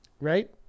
Right